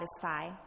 satisfy